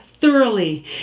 thoroughly